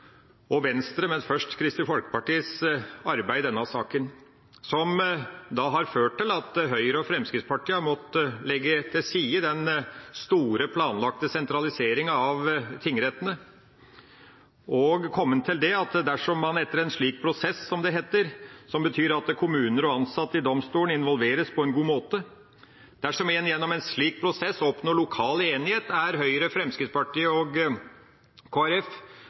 som har ført til at Høyre og Fremskrittspartiet har måttet legge til side den store, planlagte sentraliseringa av tingrettene. De har kommet til at dersom man etter en slik prosess, som det heter, som betyr at kommuner og ansatte i domstolen involveres på en god måte, oppnår lokal enighet, har ikke Høyre, Fremskrittspartiet og Kristelig Folkeparti motforestillinger mot en sammenslåing, men en legger altså virkelig gode premisser for det hele. Dette er